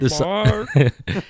Mark